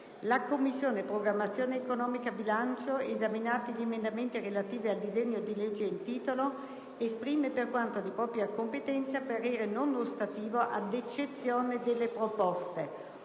«La Commissione programmazione economica, bilancio, esaminati gli emendamenti relativi al disegno di legge in titolo, esprime, per quanto di propria competenza, parere non ostativo ad eccezione delle proposte